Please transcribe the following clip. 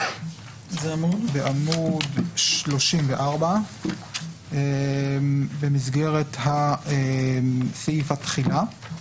בעמוד 34. במסגרת סעיף התחילה.